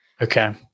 Okay